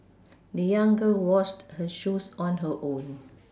the young girl washed her shoes on her own